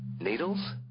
Needles